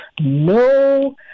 no